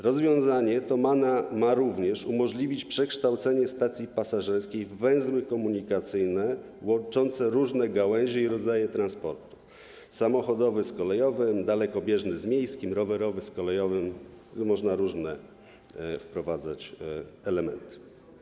Rozwiązanie to ma również umożliwić przekształcenie stacji pasażerskich w węzły komunikacyjne łączące różne gałęzie i rodzaje transportu: samochodowego z kolejowym, dalekobieżnego z miejskim, rowerowego z kolejowym - tu można wprowadzać różne elementy.